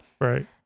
Right